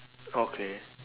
okay